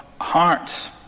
heart